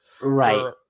Right